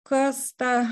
kas ta